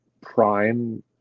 Prime